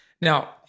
Now